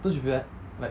don't you feel that like